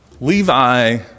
Levi